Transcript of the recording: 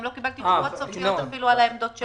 גם לא קיבלתי תשובה על העמדות שלהם.